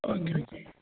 okay okay